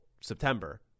September